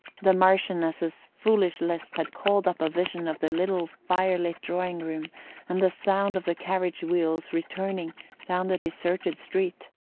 the marchioness's foolish lisp had called up a vision of the little fire-lit drawing-room and the sound of the carriage-wheels returning down the deserted street.